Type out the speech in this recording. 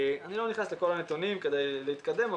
אני לא נכנס לכל הנתונים כדי להתקדם,